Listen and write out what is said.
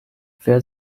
wer